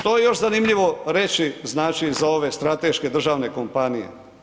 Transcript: Što je još zanimljivo reći znači za ove strateške državne kompanije?